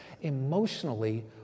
emotionally